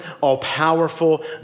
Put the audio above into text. all-powerful